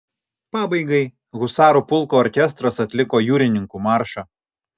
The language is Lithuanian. pabaigai husarų pulko orkestras atliko jūrininkų maršą